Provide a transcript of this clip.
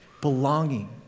Belonging